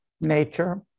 nature